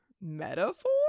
metaphor